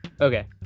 Okay